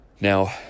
Now